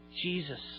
Jesus